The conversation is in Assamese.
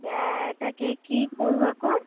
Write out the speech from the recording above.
এতিয়া তাকেই কি কৰোঁ আকৌ